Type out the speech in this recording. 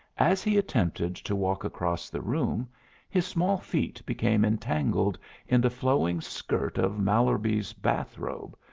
as he attempted to walk across the room his small feet became entangled in the flowing skirt of mallerby's bath robe,